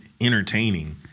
entertaining